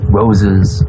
roses